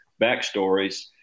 backstories